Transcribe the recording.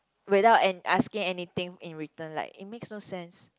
without an~ asking anything in return like it makes no sense